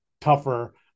tougher